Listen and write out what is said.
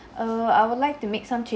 err I would like to make some chan~